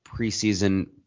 preseason